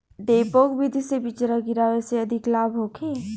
डेपोक विधि से बिचरा गिरावे से अधिक लाभ होखे?